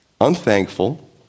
Unthankful